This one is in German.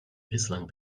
bislang